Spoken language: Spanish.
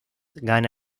gana